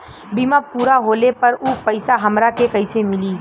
बीमा पूरा होले पर उ पैसा हमरा के कईसे मिली?